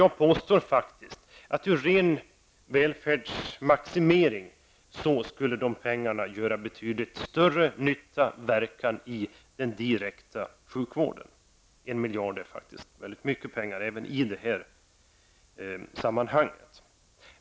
Jag påstår faktiskt att som ren välfärdsmaximering skulle de pengarna göra betydligt större verkan i den direkta sjukvården. En miljard är faktiskt mycket pengar även i detta sammanhang.